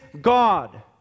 God